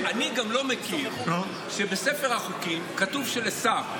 אני גם לא מכיר שבספר החוקים כתוב שהשר,